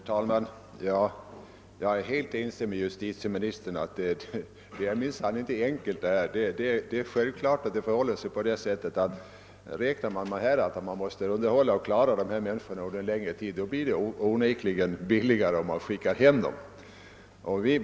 Herr talman! Jag är helt ense med justitieministern om att detta inte är någon enkel sak. Likaså är det självklart att om man räknar med att vi måste un derhålla dessa människor här i landet en längre tid, så blir det onekligen billigare att skicka hem dem.